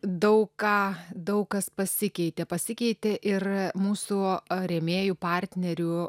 daug ką daug kas pasikeitė pasikeitė ir mūsų rėmėjų partnerių